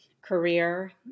career